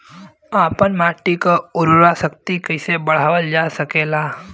आपन माटी क उर्वरा शक्ति कइसे बढ़ावल जा सकेला?